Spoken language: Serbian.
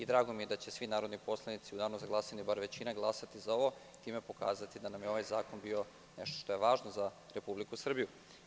Drago mi je da će svi narodni poslanici u danu za glasanje, bar većina, glasati za ovo i time pokazati da nam je ovaj zakon bio nešto što je važno za Republiku Srbiju.